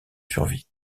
survie